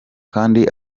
kandi